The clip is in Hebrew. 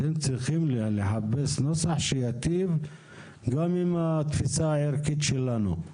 אתם צריכים לחפש נוסח שייטיב גם עם התפיסה הערכית שלנו,